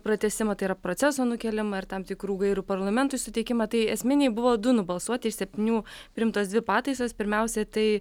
pratęsimą tai yra proceso nukėlimą ar tam tikrų gairių parlamentui suteikimą tai esminiai buvo du nubalsuoti iš septynių priimtos dvi pataisos pirmiausia tai